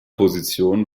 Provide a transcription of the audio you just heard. position